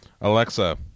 Alexa